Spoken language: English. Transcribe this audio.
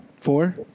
Four